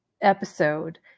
episode